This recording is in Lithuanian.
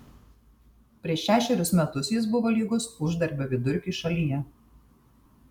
prieš šešerius metus jis buvo lygus uždarbio vidurkiui šalyje